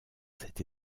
cet